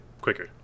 quicker